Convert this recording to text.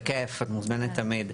בכייף, את מוזמנת תמיד.